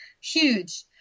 Huge